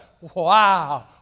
Wow